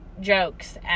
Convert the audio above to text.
jokes